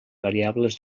variables